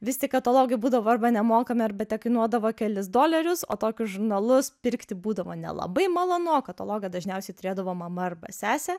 vis tik katalogai būdavo arba nemokami arba tekainuodavo kelis dolerius o tokius žurnalus pirkti būdavo nelabai malonu o katalogą dažniausiai turėdavo mama arba sesė